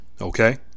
okay